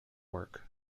work